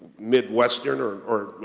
mid western, or, or,